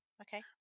okay